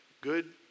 good